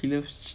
he loves